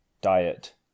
Diet